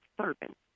servant